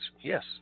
Yes